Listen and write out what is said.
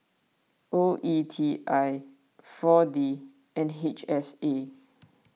O E T I four D and H S A